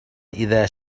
إذا